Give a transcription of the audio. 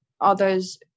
others